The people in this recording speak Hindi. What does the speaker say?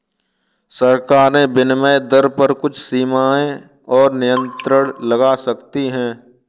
सरकारें विनिमय दर पर कुछ सीमाएँ और नियंत्रण लगा सकती हैं